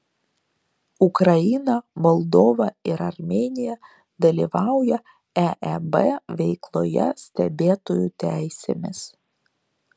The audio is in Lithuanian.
ukraina moldova ir armėnija dalyvauja eeb veikloje stebėtojų teisėmis